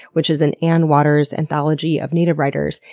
which is an anne waters anthology of native writers,